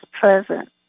present